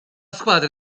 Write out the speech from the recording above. squadra